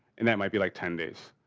and that might be like ten days.